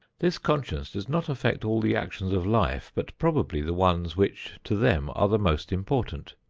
this conscience does not affect all the actions of life, but probably the ones which to them are the most important.